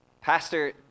Pastor